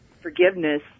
forgiveness